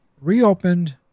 reopened